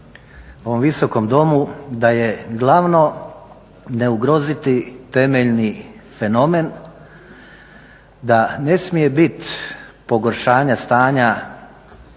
ovom Visokom domu da je glavno ne ugroziti temeljni fenomen, da ne smije bit pogoršanja stanja